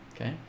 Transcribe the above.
okay